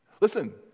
Listen